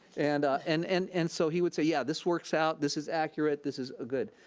and and and and so he would say, yeah, this works out. this is accurate, this is good.